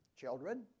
Children